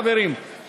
חברים,